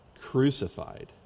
crucified